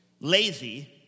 lazy